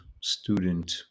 student